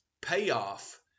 payoff